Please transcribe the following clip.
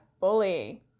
Bully